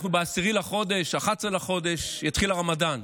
ב-10 לחודש, ב-11 לחודש, יתחיל הרמדאן,